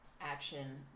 Action